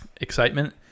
excitement